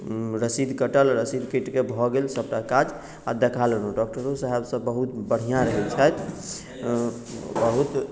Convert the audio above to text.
रसीद कटल रसीद कटिके भऽ गेल सभटा काज आ देखा लेलहुँ डॉक्टरो साहेब सभ बहुत बढ़िआँ रहैत छथि बहुत